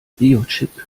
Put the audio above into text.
biochip